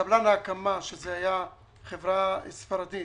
קבלן ההקמה, זאת הייתה חברה ספרדית